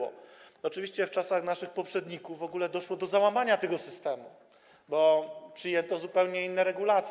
Oczywiście w czasach naszych poprzedników w ogóle doszło do załamania tego systemu, bo przyjęto zupełnie inne regulacje.